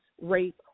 rape